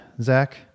Zach